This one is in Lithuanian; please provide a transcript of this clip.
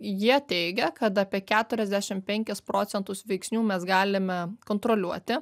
jie teigia kad apie keturiasdešim penkis procentus veiksnių mes galime kontroliuoti